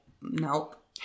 nope